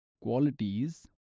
qualities